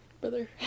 Brother